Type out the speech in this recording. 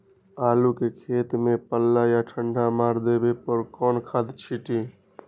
आलू के खेत में पल्ला या ठंडा मार देवे पर कौन खाद छींटी?